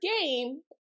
game